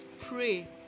Pray